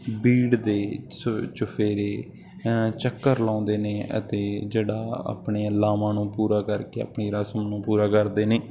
ਬੀੜ ਦੇ ਚੁ ਚੁਫੇਰੇ ਚੱਕਰ ਲਗਾਉਂਦੇ ਨੇ ਅਤੇ ਜਿਹੜਾ ਆਪਣੇ ਲਾਵਾਂ ਨੂੰ ਪੂਰਾ ਕਰਕੇ ਆਪਣੀ ਰਸਮ ਨੂੰ ਪੂਰਾ ਕਰਦੇ ਨੇ